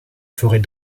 forêt